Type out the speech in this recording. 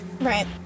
Right